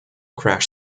crash